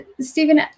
Stephen